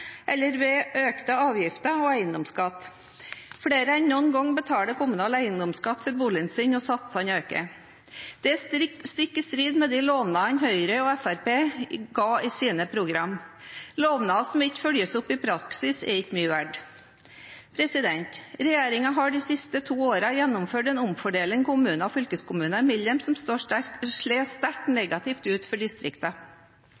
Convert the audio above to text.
eller ved økte avgifter og eiendomsskatt. Flere enn noen gang betaler kommunal eiendomsskatt for boligen sin, og satsene øker. Dette er stikk i strid med de lovnadene Høyre og Fremskrittspartiet ga i sine programmer. Lovnader som ikke følges opp i praksis, er ikke mye verdt. Regjeringen har de siste to årene gjennomført en omfordeling kommuner og fylkeskommuner imellom som slår sterkt negativt ut for